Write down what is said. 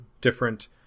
different